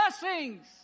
blessings